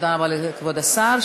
תודה רבה לכבוד השר.